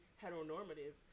heteronormative